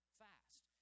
fast